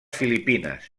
filipines